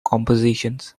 compositions